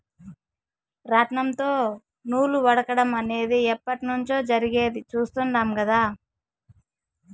రాట్నంతో నూలు వడకటం అనేది ఎప్పట్నుంచో జరిగేది చుస్తాండం కదా